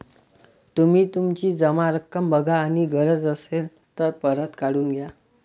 तुम्ही तुमची जमा रक्कम बघा आणि गरज असेल तर परत काढून घ्या